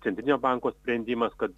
centrinio banko sprendimas kad